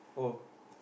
oh